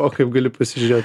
o kaip gali pasižiūrėt